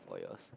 for yours